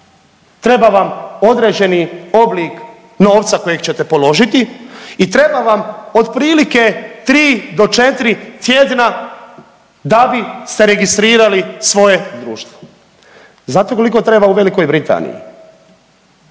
treba vam određeni oblik novca kojeg ćete položiti i treba vam otprilike tri do četiri tjedna da biste registrirali svoje društvo. Znate koliko treba u Velikoj Britaniji?